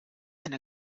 and